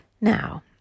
Now